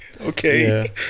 Okay